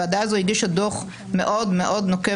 הוועדה הזו הגישה דוח מאוד מאוד נוקב